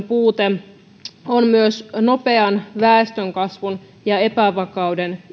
puute on myös yksi merkittävä nopean väestönkasvun ja epävakauden